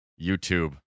YouTube